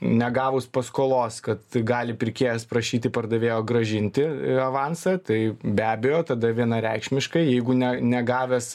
negavus paskolos kad gali pirkėjas prašyti pardavėjo grąžinti avansą tai be abejo tada vienareikšmiškai jeigu ne negavęs